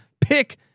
pick